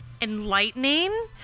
enlightening